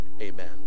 amen